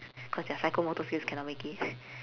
cause their psychomotor skills cannot make it